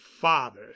father